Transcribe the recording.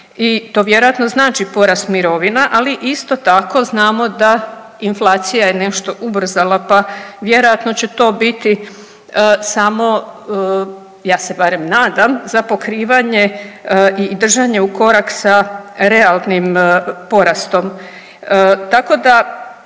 i to vjerojatno znači porast mirovina, ali isto tako znamo da inflacija je nešto ubrzala pa vjerojatno će to biti samo, ja se barem nadam, za pokrivanje i držanje u korak sa realnim porastom. Tako da